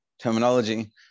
terminology